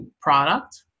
product